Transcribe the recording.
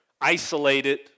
isolated